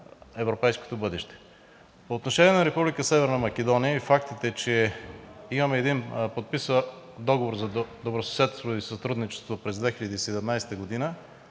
европейското бъдеще. По отношение на Република Северна Македония и фактите, че имаме един подписан договор за добросъседство и сътрудничество през 2017 г.,